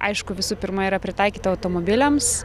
aišku visų pirma yra pritaikyti automobiliams